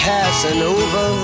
Casanova